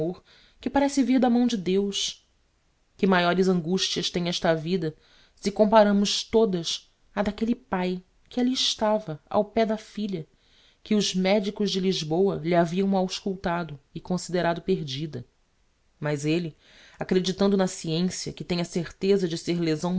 amor que parece vir da mão de deus que maiores angustias tem esta vida se comparamos todas á d'aquelle pai que alli estava ao pé da filha que os medicos de lisboa lhe haviam auscultado e considerado perdida mas elle acreditando na sciencia que tem a certeza de ser lesão